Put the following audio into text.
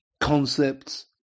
concepts